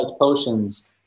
potions